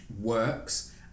works